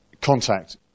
contact